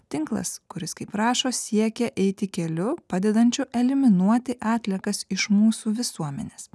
tinklas kuris kaip rašo siekia eiti keliu padedančiu eliminuoti atliekas iš mūsų visuomenės